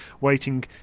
waiting